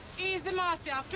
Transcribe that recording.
easy, marcia.